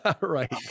Right